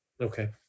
Okay